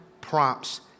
prompts